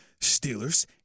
Steelers